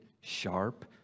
sharp